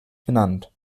benannt